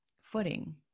footing